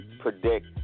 predict